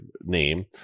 name